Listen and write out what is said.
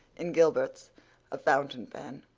in gilbert's a fountain pen.